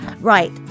Right